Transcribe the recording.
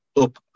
up